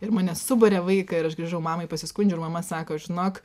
ir mane subarė vaiką ir aš grįžau mamai pasiskundžiau ir mama sako žinok